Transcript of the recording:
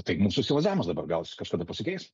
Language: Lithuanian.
tai mūsų įsivaizdavimas dabar gal jis kažkada pasikeis